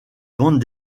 bandes